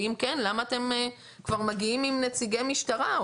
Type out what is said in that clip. ואם כן למה אתם כבר מגיעים עם נציגי משטרה.